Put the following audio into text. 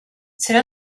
c’est